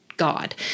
God